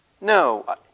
No